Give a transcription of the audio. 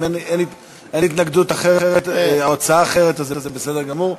אם אין התנגדות או הצעה אחרת, זה בסדר גמור.